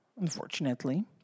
unfortunately